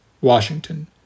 washington